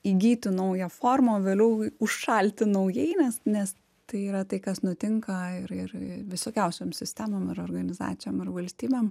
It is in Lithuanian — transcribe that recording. įgyti naują formą o vėliau užšalti naujai nes nes tai yra tai kas nutinka ir ir visokiausiom sistemom ir organizacijom ir valstybėm